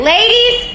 Ladies